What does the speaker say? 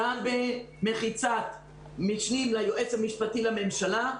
גם במחיצת המשנה ליועץ המשפטי לממשלה.